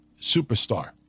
superstar